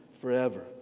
forever